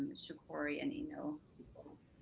shakori and eno peoples.